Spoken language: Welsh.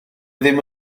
ddim